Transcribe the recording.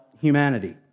humanity